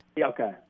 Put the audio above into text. Okay